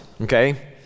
okay